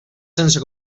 sense